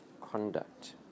conduct